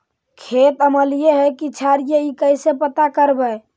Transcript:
खेत अमलिए है कि क्षारिए इ कैसे पता करबै?